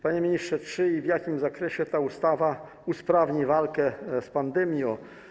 Panie ministrze, czy i w jakim zakresie ta ustawa usprawni walkę z pandemią?